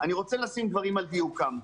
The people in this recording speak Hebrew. אני רוצה להעמיד דברים על דיוקם.